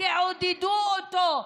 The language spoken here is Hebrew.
תעודדו אותו,